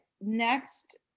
Next